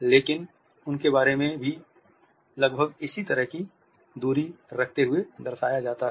लेकिन उनके बारे में लगभग इसी तरह की दूरी रखते हुए दर्शाया जाता है